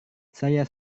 saya